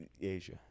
Asia